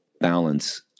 balance